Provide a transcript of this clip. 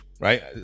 Right